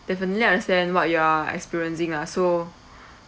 definitely understand what you're experiencing ah so